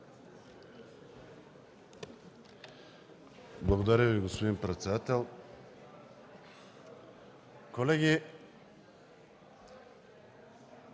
Благодаря Ви, господин председател. Уважаеми